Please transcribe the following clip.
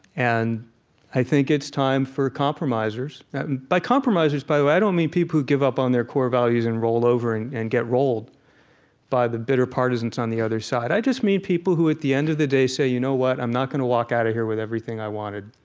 and i think it's time for compromisers by compromisers, by the way, i don't mean people who give up on their core values and roll over and and get rolled by the bitter partisans on the other side. i just mean people who at the end of the day say, you know what? i'm not going to walk out of here with everything i wanted.